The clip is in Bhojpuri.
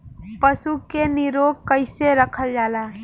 पशु के निरोग कईसे रखल जाला?